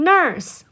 Nurse